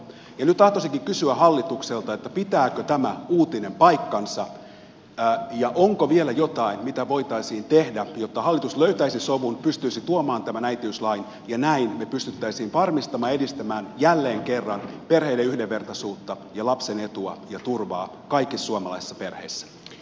nyt tahtoisinkin kysyä hallitukselta pitääkö tämä uutinen paikkansa ja onko vielä jotain mitä voitaisiin tehdä jotta hallitus löytäisi sovun pystyisi tuomaan tämän äitiyslain ja näin me pystyisimme varmistamaan ja edistämään jälleen kerran perheiden yhdenvertaisuutta ja lapsen etua ja turvaa kaikissa suomalaisissa perheissä